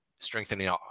strengthening